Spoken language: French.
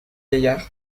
vieillard